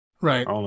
Right